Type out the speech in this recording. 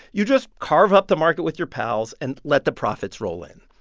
you just carve up the market with your pals and let the profits roll in.